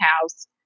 house